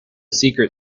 secret